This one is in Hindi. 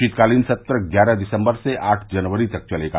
शीतकालीन सत्र ग्यारह दिसम्बर से आठ जनवरी तक चलेगा